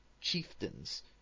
chieftains